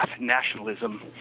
nationalism